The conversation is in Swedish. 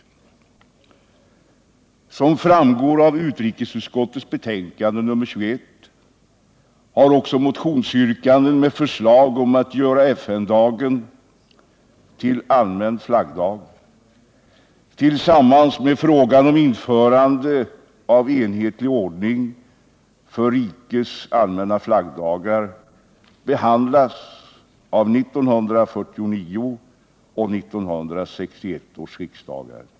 Som framgår av utrikesutskottets betänkande nr 21 har också motionsyrkanden med förslag om att göra FN-dagen till allmän flaggdag, tillsammans med frågan om införande av enhetlig ordning för rikets allmänna flaggdagar, behandlats av 1949 och 1961 års riksdagar.